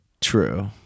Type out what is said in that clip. True